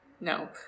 no